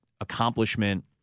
accomplishment